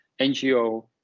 NGO